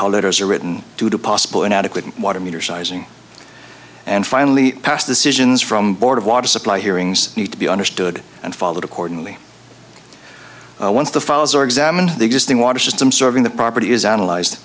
how letters are written to the possible inadequate water meter sizing and finally passed the citizens from board of water supply hearings need to be understood and followed accordingly once the files are examined the existing water system serving the property is analyzed